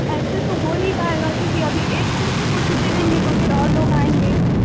ایسے تو ہو نہیں پائے گا کیوں کہ ابھی ایک کو چُھٹی دیں گے تو پھر اور لوگ آئیں گے